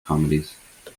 comedies